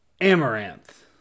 Amaranth